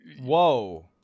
Whoa